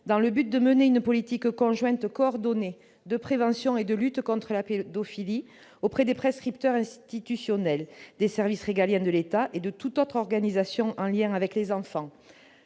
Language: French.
afin de mener une politique conjointe coordonnée de prévention et de lutte contre la pédophilie auprès des prescripteurs institutionnels, des services régaliens de l'État et de toute autre organisation en lien avec les enfants.